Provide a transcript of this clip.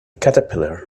caterpillar